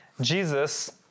Jesus